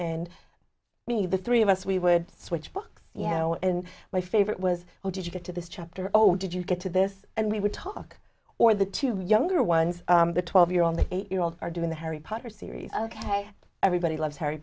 and me the three of us we would switch books you know and my favorite was how did you get to this chapter oh did you get to this and we would talk or the two younger ones the twelve year on the eight year old are doing the harry potter series ok everybody loves harry